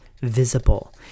visible